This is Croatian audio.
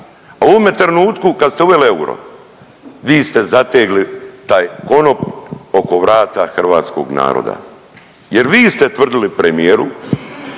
a u ovome trenutku kad ste uveli euro vi ste zategli taj konop oko vrata hrvatskog naroda jer vi ste tvrdili premijeru